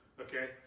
Okay